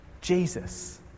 Jesus